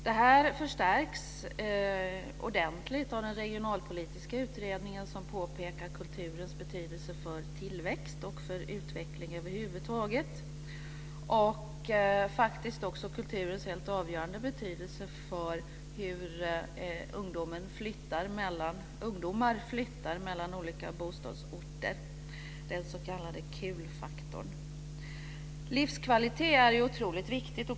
Det här förstärks ordentligt av den regionalpolitiska utredningen som påpekar kulturens betydelse för tillväxt och utveckling och kulturens avgörande betydelse för hur ungdomar flyttar mellan olika bostadsorter, den s.k. Livskvalitet är otroligt viktigt.